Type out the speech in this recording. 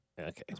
Okay